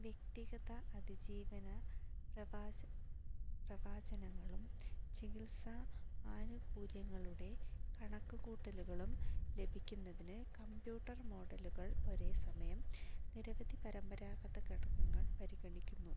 വ്യക്തിഗത അതിജീവന പ്രവച പ്രവചനങ്ങളും ചികിത്സാ ആനുകൂല്യങ്ങളുടെ കണക്കുകൂട്ടലുകളും ലഭിക്കുന്നതിന് കമ്പ്യൂട്ടർ മോഡലുകൾ ഒരേസമയം നിരവധി പരമ്പരാഗത ഘടകങ്ങൾ പരിഗണിക്കുന്നു